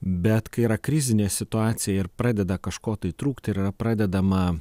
bet kai yra krizinė situacija ir pradeda kažko tai trūkti ir yra pradedama